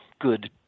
good